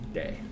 day